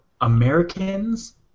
Americans